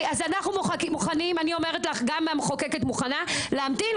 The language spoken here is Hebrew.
אנחנו מוכנים וגם המחוקקת מוכנה להמתין,